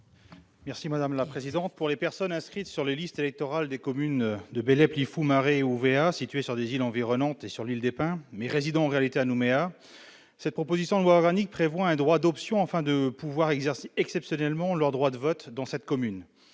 M. Stéphane Artano. Pour les personnes inscrites sur les listes électorales des communes de Bélep, Lifou, Maré et Ouvéa, situées sur des îles environnantes, et de l'île des Pins, mais résidant en réalité à Nouméa, le projet de loi organique prévoit un droit d'option leur permettant d'exercer exceptionnellement leur droit de vote dans cette dernière